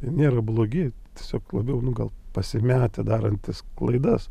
jie nėra blogi tiesiog labiau nu gal pasimetę darantys klaidas